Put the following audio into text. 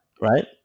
right